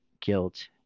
guilt